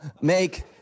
make